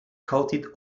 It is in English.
coated